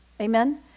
Amen